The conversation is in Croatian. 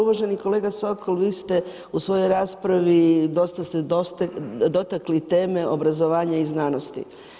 Uvaženi kolega Sokol, vi ste u svojoj raspravi, dosta ste dotakli teme obrazovanja i znanosti.